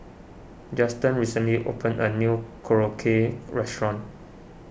Justen recently opened a new Korokke restaurant